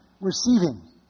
receiving